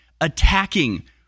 Attacking